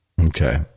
Okay